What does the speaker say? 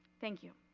thank you.